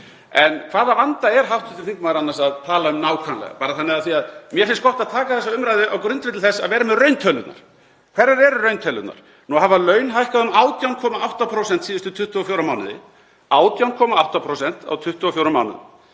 En hvaða vanda er hv. þingmaður annars að tala um nákvæmlega, af því að mér finnst gott að taka þessa umræðu á grundvelli þess að vera með rauntölurnar? Hverjar eru rauntölurnar? Nú hafa laun hækkað um 18,8% síðustu 24 mánuði, 18,8% á 24 mánuðum.